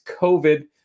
covid